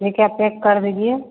लेके आप पैक कर दीजिए